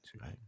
right